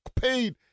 paid